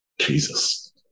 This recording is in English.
jesus